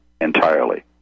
entirely